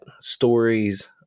stories